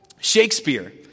Shakespeare